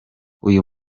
uyu